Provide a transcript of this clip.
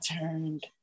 turned